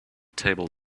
table